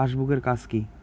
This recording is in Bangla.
পাশবুক এর কাজ কি?